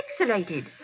pixelated